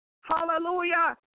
hallelujah